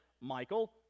Michael